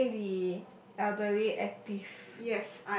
keeping the elderly active